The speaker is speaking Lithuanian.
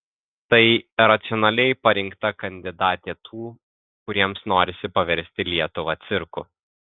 tai racionaliai parinkta kandidatė tų kuriems norisi paversti lietuvą cirku